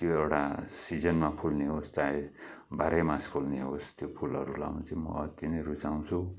त्यो एउटा सिजनमा फुल्ने होस् चाहे बाह्रै मास फुल्ने होस् त्यो फुलहरू लाउनु चाहिँ म अत्ति नै रुचाउँछु